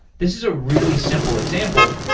this is a really simple example,